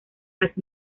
las